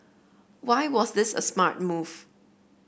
why was this a smart move